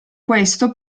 questo